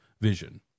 vision